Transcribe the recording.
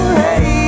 hey